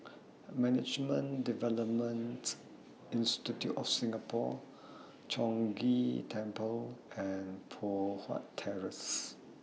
Management Development Institute of Singapore Chong Ghee Temple and Poh Huat Terrace